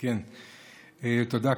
תודה.